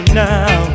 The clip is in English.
now